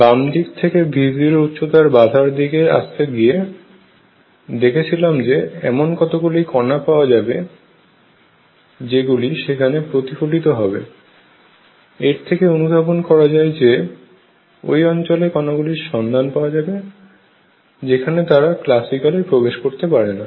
বাম দিক থেকে V0 উচ্চতার বাধার দিকে আসতে গিয়ে দেখিয়েছিলাম যে এমন কতগুলি কণা পাওয়া যাবে যেগুলি সেখানে প্রতিফলিত হবে এর থেকে অনুধাবন করা যায় যে ওই অঞ্চলে কণাগুলির সন্ধান পাওয়া যাবে যেখানে তারা ক্লাসিক্যালি প্রবেশ করতে পারে না